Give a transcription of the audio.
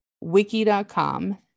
wiki.com